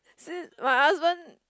si~ my husband